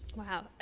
wow.